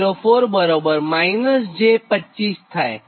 04 બરાબર -j25 થાય